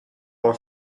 our